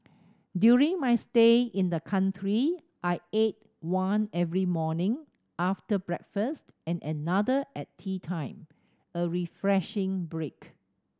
during my stay in the country I ate one every morning after breakfast and another at teatime a refreshing break